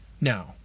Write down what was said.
Now